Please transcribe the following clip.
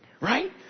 right